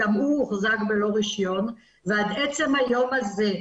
גם הוא הוחזק בלא רישיון ועד עצם היום הזה,